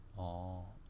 orh